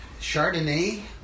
Chardonnay